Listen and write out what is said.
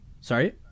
Sorry